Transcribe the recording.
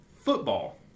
football